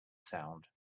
sound